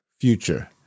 future